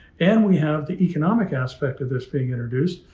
and we have the economic aspect of this being introduced.